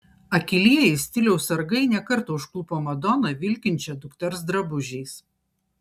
akylieji stiliaus sargai ne kartą užklupo madoną vilkinčią dukters drabužiais